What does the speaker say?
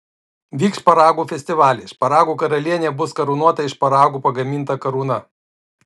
vyks šparagų festivaliai šparagų karalienė bus karūnuota iš šparagų pagaminta karūna